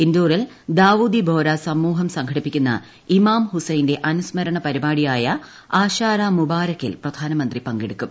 ഇൻഡോറിൽ ദാവൂദി ബോറ സമൂഹം സംഘടിപ്പിക്കുന്ന ഇമാം ഹുസൈന്റെ അനുസ്മരണ പരിപാടിയായ ആഷാറ മുബാരക്കിൽ പ്രധാനമന്ത്രി പങ്കെടുക്കും